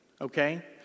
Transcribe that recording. okay